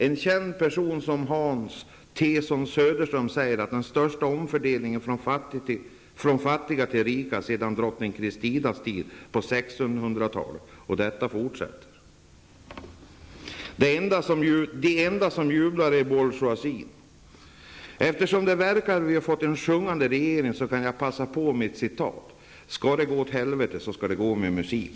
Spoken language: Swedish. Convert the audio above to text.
En känd person som Hans T-son Söderström säger att det är den största omfördelningen från fattiga till rika sedan Drottning Christinas tid på 1600-talet, och detta fortsätter. Det är bara bourgeoisien som jublar. Eftersom det verkar som om vi har fått en sjungande regering kan jag passa på att komma med ett citat: ''Skall det gå åt helvete, så skall det gå med musik.''